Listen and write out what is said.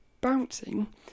bouncing